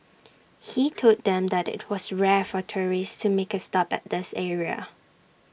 he told them that IT was rare for tourists to make A stop at this area